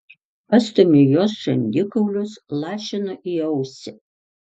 pastumiu jos žandikaulius lašinu į ausį